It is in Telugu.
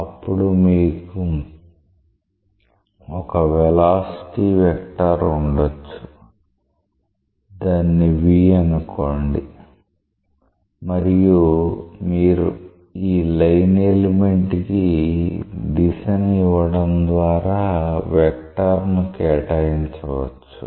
అప్పుడు మీకు ఒక వెలాసిటి వెక్టార్ ఉండొచ్చు దాన్ని v అనుకోండి మరియు మీరు ఈ లైన్ ఎలిమెంట్ కి దిశను ఇవ్వడం ద్వారా వెక్టర్ ను కేటాయించవచ్చు